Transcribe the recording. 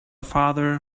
father